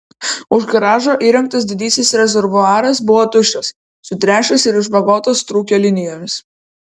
už garažo įrengtas didysis rezervuaras buvo tuščias sutręšęs ir išvagotas trūkio linijomis